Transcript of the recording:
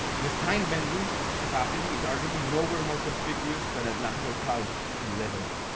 this time bending capacity is arguably nowhere more conspicuous than at nahr el-kalb in lebanon.